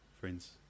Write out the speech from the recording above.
friends